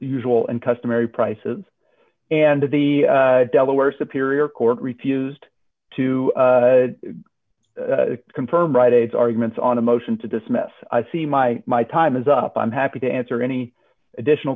usual and customary prices and the delaware superior court refused to d confirm right its arguments on a motion to dismiss i see my my time is up i'm happy to answer any additional